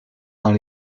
dans